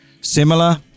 similar